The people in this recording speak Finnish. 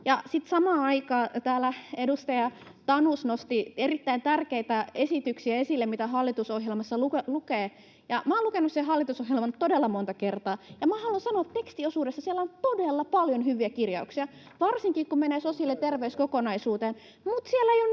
samaan aikaan täällä edustaja Tanus nosti erittäin tärkeitä esityksiä esille, mitä hallitusohjelmassa lukee. Olen lukenut sen hallitusohjelman todella monta kertaa, ja haluan sanoa, että tekstiosuudessa siellä on todella paljon hyviä kirjauksia, varsinkin kun mennään sosiaali- ja terveyskokonaisuuteen,